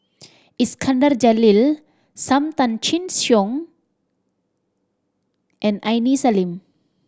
Iskandar Jalil Sam Tan Chin Siong and Aini Salim